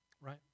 right